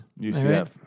UCF